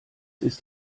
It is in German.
ist